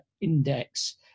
Index